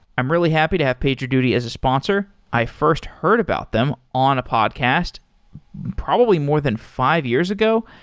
i'm really happy to have pager duty as a sponsor. i first heard about them on a podcast probably more than five years ago.